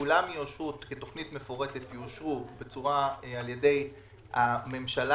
כולם יאושרו כתוכנית מפורטת על ידי הממשלה,